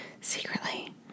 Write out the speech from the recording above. secretly